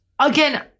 Again